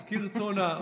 כרצונה.